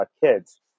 kids